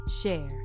share